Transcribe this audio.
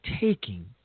taking